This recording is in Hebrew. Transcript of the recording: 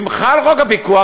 ואם חל חוק הפיקוח,